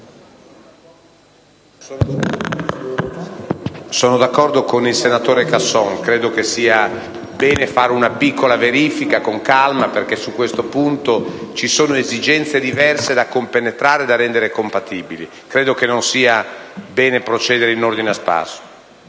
sono d'accordo con il senatore Casson; credo sia bene fare una piccola verifica, con calma, perché su questo punto ci sono esigenze diverse da compenetrare e da rendere compatibili. Credo non sia bene procedere in ordine sparso.